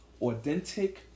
authentic